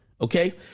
Okay